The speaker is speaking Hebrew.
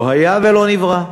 לא היה ולא נברא.